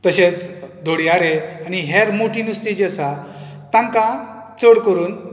तशेंच दोड्यारे आनी हेर मोठी नुस्तीं जी आसा तांकां चड करून